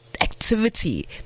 activity